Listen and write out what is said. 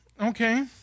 okay